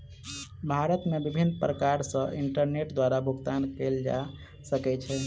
भारत मे विभिन्न प्रकार सॅ इंटरनेट द्वारा भुगतान कयल जा सकै छै